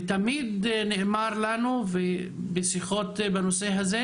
ותמיד נאמר לנו בשיחות בנושא הזה,